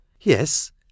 Yes